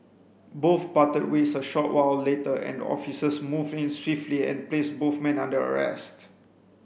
both parted ways a short while later and officers moved in swiftly and placed both men under arrest